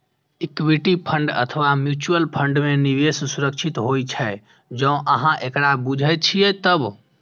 equity fund अथवा mutual fund मे निवेश सुरक्षित होइ छै, जौं अहां एकरा बूझे छियै तब